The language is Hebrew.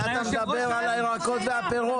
אתה מדבר על הירקות הפירות,